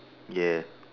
ya